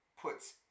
puts